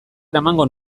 eramango